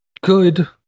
good